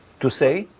to say?